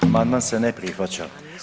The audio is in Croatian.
Amandman se ne prihvaća.